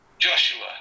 Joshua